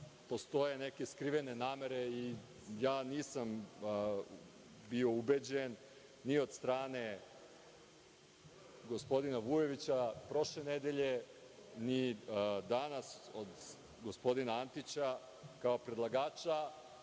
postoje neke skrivene namere. Ja nisam bio ubeđen, ni od strane gospodina Vujovića prošle nedelje, ni danas od gospodina Antića, kao predlagača,